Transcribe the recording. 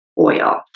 oil